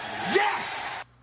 Yes